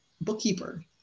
bookkeeper